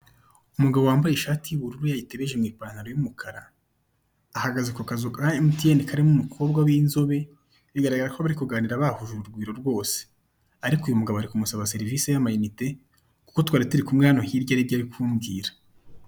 Umugabo wambaye ishati y'ubururu wayitebeje mu ipantaro y'umukara, ahagaze kukazu ka MTN karimo umukobwa w'inzobe, ariko uyu mugabo ari kumusaba serivisi y'amayinite kuko twari turikumwe hano hirya aribyo ari kumubwira.